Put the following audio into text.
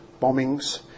bombings